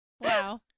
Wow